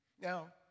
Now